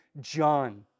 John